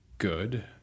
good